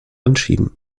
anschieben